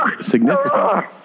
Significant